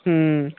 ਹੂੰ